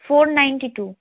four ninety two